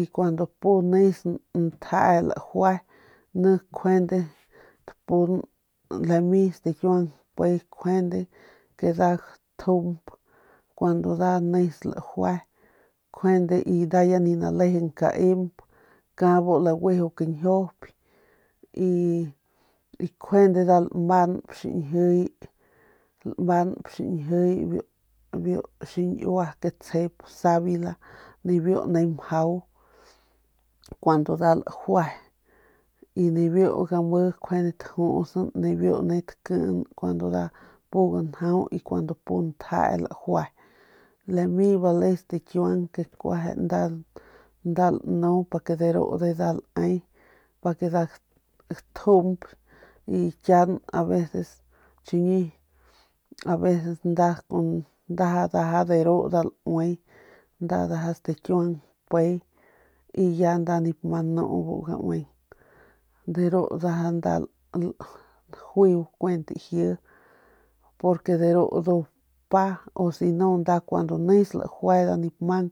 Y kuandu pu nes ntjee lajue tapun stikiuang mpe kjuende nda gatjump kun nda nes lajue y kuent nda ya ni nalejeng kaimp y ka bulaguiju kañjiuyp y nda lamanp xiñjiy biu xiñiua ke tsjep savila nibiu nijiy mjau kuandu nda lajue y biu game nijiy nda jus kuandu nda nes pu ganjau y nda pu ntjee lajue lami bale stikiuang ke kueje nda lanu pa ke de ru nda lae y pa ke nda gatjump y kian aveces ndaja de ru nda laue ndaja stakiuang mpe y ya nda nip ma nu bu gaueng de ru ndaja nda juiu kuent ji porque de ru ndu mpa y si no nda ya nip mang